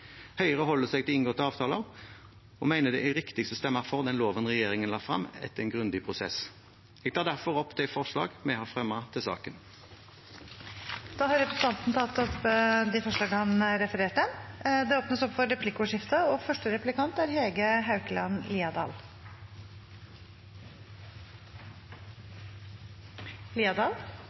er riktigst å stemme for den loven regjeringen la frem etter en grundig prosess. Jeg tar derfor opp de forslagene vi har fremmet til saken. Da har representanten Sveinung Stensland tatt opp de forslagene han refererte til. Det blir replikkordskifte. Jeg hører at representanten Stensland er opptatt av inngåtte avtaler. Det blir da viktig for meg å påpeke at Høyre er